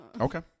Okay